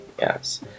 yes